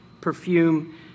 perfume